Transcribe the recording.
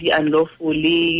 unlawfully